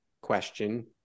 question